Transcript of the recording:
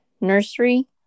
nursery